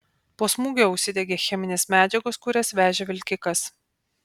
po smūgio užsidegė cheminės medžiagos kurias vežė vilkikas